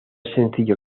sencillo